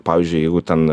pavyzdžiui jeigu ten